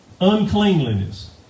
uncleanliness